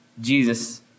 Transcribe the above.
Jesus